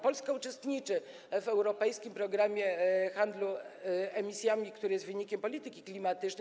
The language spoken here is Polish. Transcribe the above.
Polska uczestniczy w europejskim programie handlu emisjami, który jest wynikiem polityki klimatycznej.